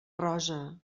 rosa